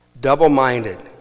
Double-minded